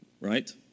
right